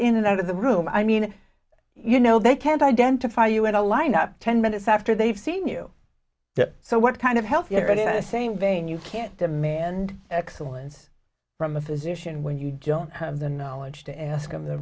in and out of the room i mean you know they can identify you in a lineup ten minutes after they've seen you so what kind of health you're at in the same vein you can't demand excellence from a physician when you don't have the knowledge to ask them the